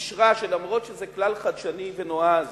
אישרה שלמרות שזה כלל חדשני ונועז,